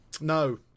No